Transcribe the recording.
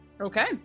Okay